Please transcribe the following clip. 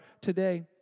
today